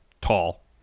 tall